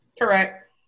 Correct